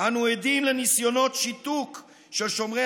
"אנו עדים לניסיונות שיתוק של שומרי